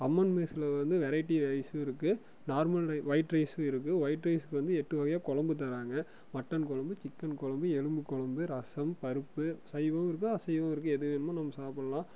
அம்மன் மெஸ்ஸில வந்து வெரைட்டி ரைஸும் இருக்கு நார்மலில் ஒயிட் ரைஸும் இருக்கு ஒயிட் ரைஸ்க்கு வந்து எட்டு வகையாக குழம்பு தராங்க மட்டன் குழம்பு சிக்கன் குழம்பு எலும்பு குழம்பு ரசம் பருப்பு சைவமும் இருக்கு அசைவமும் இருக்கு எது வேணுமோ நம்ம சாப்புடலாம்